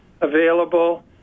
available